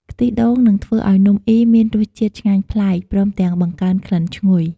ខ្ទិះដូងនឹងធ្វើឲ្យនំអុីមានរសជាតិឆ្ងាញ់ប្លែក ព្រមទាំងបង្កើនក្លិនឈ្ងុយ។